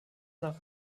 nach